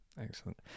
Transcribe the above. Excellent